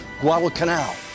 Guadalcanal